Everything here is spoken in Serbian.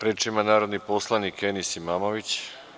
Reč ima narodni poslanik Enis Imamović.